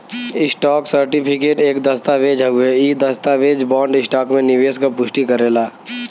stock certificate एक दस्तावेज़ हउवे इ दस्तावेज बॉन्ड, स्टॉक में निवेश क पुष्टि करेला